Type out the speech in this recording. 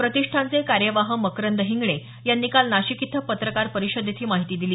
प्रतिष्ठानचे कार्यवाह मकरंद हिंगणे यांनी काल नाशिक इथं पत्रकार परिषदेत ही माहिती दिली